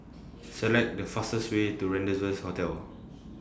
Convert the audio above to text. Select The fastest Way to Rendezvous Hotel